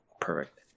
perfect